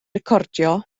recordio